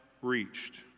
reached